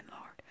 Lord